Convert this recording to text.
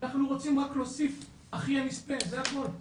אנחנו רוצים רק להוסיף 'אחי הנספה', זה הכל.